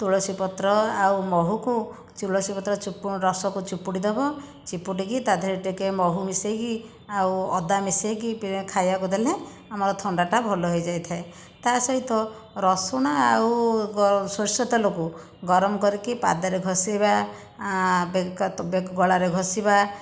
ତୁଳସୀ ପତ୍ର ଆଉ ମହୁକୁ ତୁଳସୀ ପତ୍ର ଚୁପୁ ରସକୁ ଚୁପୁଡ଼ିଦବ ଚିପୁଡ଼ିକି ତା' ଦେହରେ ଟିକିଏ ମହୁ ମିଶେଇକି ଆଉ ଅଦା ମିଶେଇକି ପି ଖାଇବାକୁ ଦେଲେ ଆମର ଥଣ୍ଡଟା ଭଲ ହେଇଯାଇଥାଏ ତା' ସହିତ ରସୁଣ ଆଉ ଗ ସୋରିଷ ତେଲକୁ ଗରମ କରିକି ପାଦରେ ଘଷିବା ବେକ ତ ବେକ ଗଳାରେ ଘଷିବା